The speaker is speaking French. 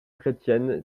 chrétienne